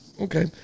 Okay